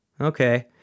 Okay